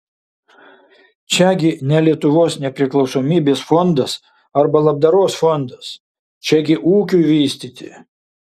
čiagi ne lietuvos nepriklausomybės fondas arba labdaros fondas čiagi ūkiui vystyti